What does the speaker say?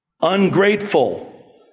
ungrateful